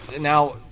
Now